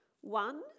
One